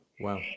Wow